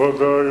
קריאה ראשונה.